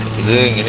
the